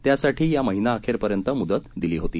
त्यासाठी या महिनाअखेरपर्यंत मुदत दिली होती